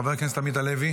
חבר הכנסת עמית הלוי